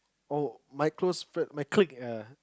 oh my close friend my clique ya